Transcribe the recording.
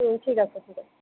ঠিক আছে হ'ব